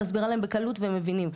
אני מסבירה להם בקלות והם מבינים,